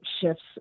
shifts